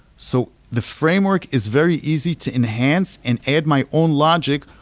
so the framework is very easy to enhance and add my own logic,